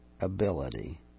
ability